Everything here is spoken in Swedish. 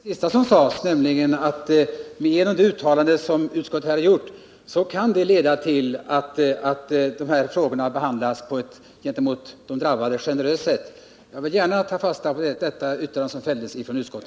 Herr talman! Jag vill gärna ta fasta på det som senast sades, nämligen att det uttalande som utskottet har gjort kan leda till att dessa frågor behandlas på ett gentemot de drabbade generöst sätt.